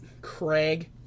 Craig